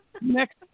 Next